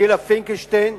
גילה פינקלשטיין,